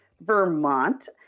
Vermont